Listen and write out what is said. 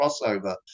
crossover